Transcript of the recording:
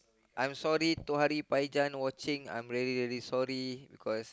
I'm sorry to watching I'm really really sorry because